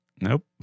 Nope